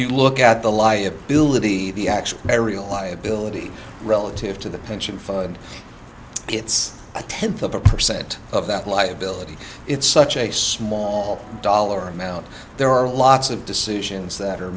you look at the liability the actual area liability relative to the pension fund gets a tenth of a percent of that liability it's such a small dollar amount there are lots of